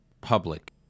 public